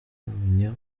tuzamenya